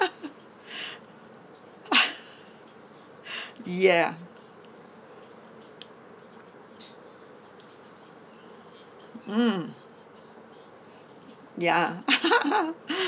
ya mm ya